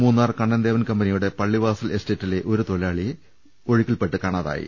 മൂന്നാർ കണ്ണൻ ദേവൻ കമ്പനിയുടെ പള്ളിവാസൽ എസ്റ്റേറ്റിലെ ഒരു തൊഴിലാളിയെ ഒഴുക്കിൽപ്പെട്ട് കാണാതായി